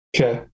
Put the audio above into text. Okay